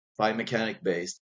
biomechanic-based